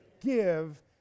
give